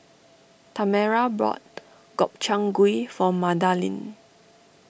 Tamera bought Gobchang Gui for Madalyn